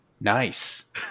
nice